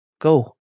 Go